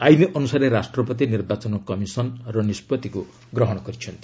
ଆଇନ ଅନୁସାରେ ରାଷ୍ଟ୍ରପତି ନିର୍ବାଚନ କମିଶନ ର ନିଷ୍ପଭିକ୍ ଗ୍ରହଣ କରିଛନ୍ତି